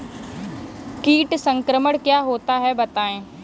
कीट संक्रमण क्या होता है बताएँ?